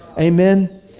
Amen